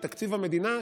מתקציב המדינה,